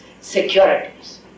securities